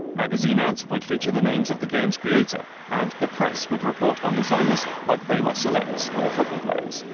magazine ads would feature the names of the game's creator, and the press would report on designers like they were celebs or football players.